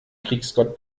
kriegsgott